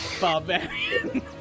barbarian